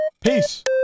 peace